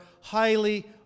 highly